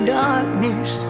darkness